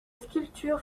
sculpture